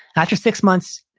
after six months,